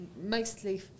mostly